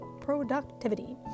productivity